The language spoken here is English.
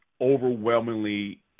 overwhelmingly –